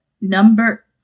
number